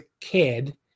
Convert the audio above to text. kid